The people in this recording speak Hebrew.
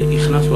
והכנסנו,